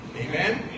Amen